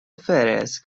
فِرِسک